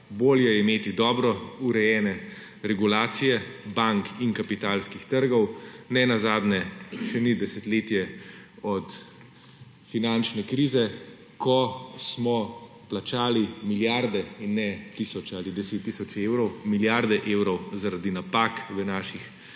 bolje imeti dobro urejene regulacije bank in kapitalskih trgov. Nenazadnje, še ni desetletje od finančne krize, ko smo plačali milijarde, ne tisoče ali deset tisoče evrov, milijarde evrov zaradi napak v